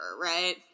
right